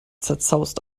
zerzaust